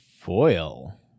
foil